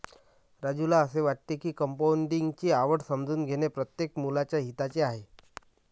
राजूला असे वाटते की कंपाऊंडिंग ची आवड समजून घेणे प्रत्येक मुलाच्या हिताचे आहे